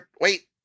wait